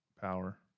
power